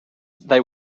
they